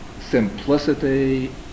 simplicity